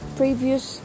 previous